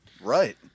Right